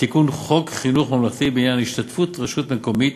תיקון חוק חינוך ממלכתי בעניין השתתפות רשות מקומית